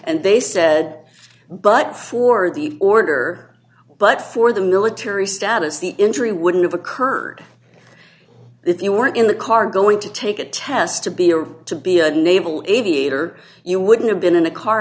and they said but for the order but for the military status the injury wouldn't have occurred if you weren't in the car going to take a test to be or to be unable aviator you wouldn't have been in a car